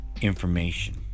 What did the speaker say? information